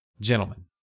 gentlemen